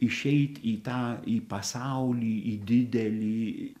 išeit į tą į pasaulį į didelį